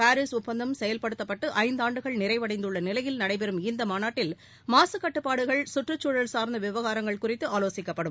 Paris ஒப்பந்தம் செயல்படுத்தப்பட்டு ஐந்தாண்டுகள் நிறைவடைந்துள்ள நிலையில் நடைபெறும் இந்த மாநாட்டில் மாசுக் கட்டுப்பாடுகள் கற்றுச் சூழல் சார்ந்த விவகாரங்கள் குறித்து ஆலோசிக்கப்படும்